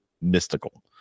mystical